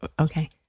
Okay